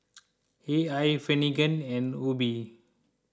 A I Finnegan and Obe